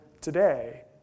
today